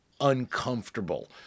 uncomfortable